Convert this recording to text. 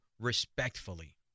respectfully